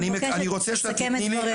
אני מבקשת שתסכם את דבריה.